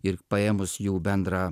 ir paėmus jų bendrą